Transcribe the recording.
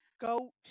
goat